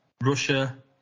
Russia